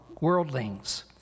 worldlings